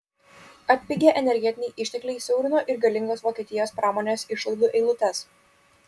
atpigę energetiniai ištekliai siaurino ir galingos vokietijos pramonės išlaidų eilutes